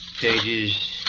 Pages